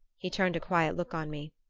he turned a quiet look on me.